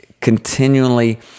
continually